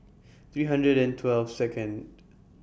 three hundred and twelve Second